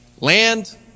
Land